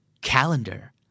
calendar